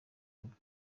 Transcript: rugo